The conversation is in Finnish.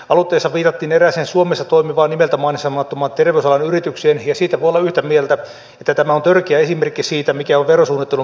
aloitteessa viitattiin erääseen suomessa toimivaan nimeltä mainitsemattomaan terveysalan yritykseen ja siitä voi olla yhtä mieltä että tämä on törkeä esimerkki siitä mikä on verosuunnittelun puitteissa mahdollista